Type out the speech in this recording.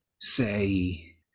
say